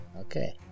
okay